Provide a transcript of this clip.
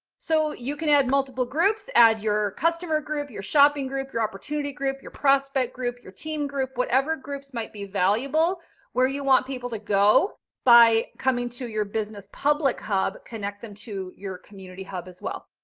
so you can add multiple groups, add your customer group, your shopping group, your opportunity group, your prospect group, your team group, whatever groups might be valuable where you want people to go by coming to your business public hub, connect them to your community hub as well.